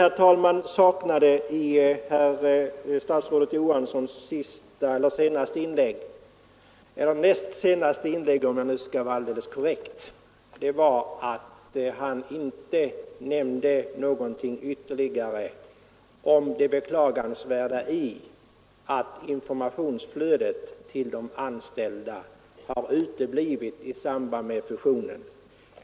Vad jag saknade i statsrådet Johanssons senaste inlägg — eller näst senaste inlägg om jag skall vara alldeles korrekt — var att han inte nämnde någonting ytterligare om det beklagansvärda i att informationsflödet till de anställda har uteblivit i samband med fusionen.